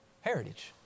heritage